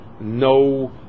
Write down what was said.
no